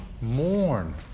mourn